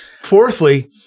Fourthly